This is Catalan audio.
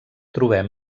trobem